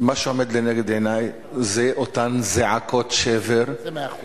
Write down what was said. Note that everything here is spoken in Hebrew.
מה שעומד לנגד עיני זה אותן זעקות שבר -- זה מאה אחוז.